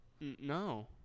no